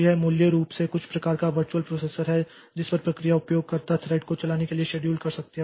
तो यह मूल रूप से कुछ प्रकार का वर्चुअल प्रोसेसर है जिस पर प्रक्रिया उपयोगकर्ता थ्रेड को चलाने के लिए शेड्यूल कर सकती है